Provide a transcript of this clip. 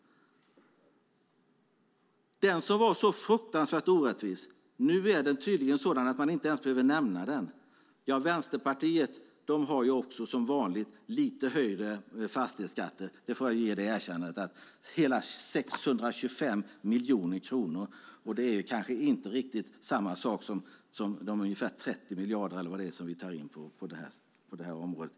Den som var så fruktansvärt orättvis. Nu behöver man tydligen inte ens nämna den. Vänsterpartiet föreslår som vanligt lite högre fastighetsskatt. Det erkännandet får jag ge. Det handlar om hela 625 miljoner kronor. Det är kanske inte riktigt samma sak som de ungefär 30 miljarder som vi tar in på det här området.